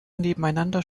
nebeneinander